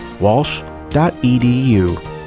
walsh.edu